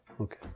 Okay